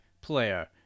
player